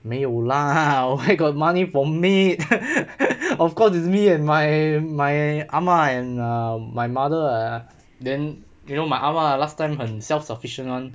没有 lah where got money for maid of course is me and my my 阿嬷 and my my mother ah then you know my 阿嬷 la last time 很 self sufficient [one]